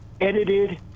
edited